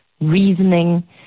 reasoning